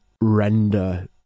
render